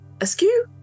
askew